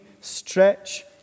stretch